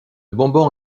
bonbon